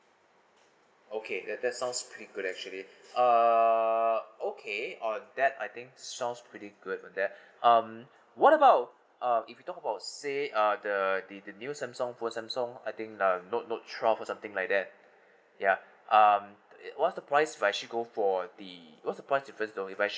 okay that that sounds pretty good actually uh okay on that I think sounds pretty good for that um what about uh if we talk about say uh the the the new Samsung phone Samsung I think um note note twelve or something like that ya um uh what's the price for actually go for the because the price is thirty dollars if I actually